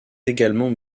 également